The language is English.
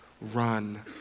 Run